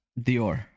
Dior